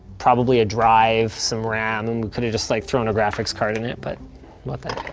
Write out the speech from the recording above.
probably a drive, some ram. and could've just like thrown a graphics card in it, but what the